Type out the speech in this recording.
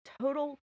total